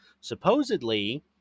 supposedly